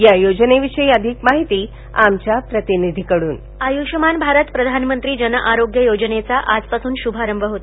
या योजनेविषयी अधिक माहिती आमच्या प्रतिनिधींकडून आयुष्यमान भारत प्रधानमंत्री जन आरोग्य योजनेचा आजपासून शुभारंभ होत आहे